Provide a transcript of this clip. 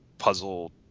puzzle